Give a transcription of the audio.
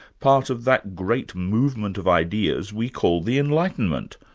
part of that great movement of ideas we call the enlightenment.